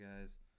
guys